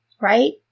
right